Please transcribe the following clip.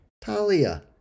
Talia